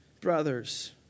brothers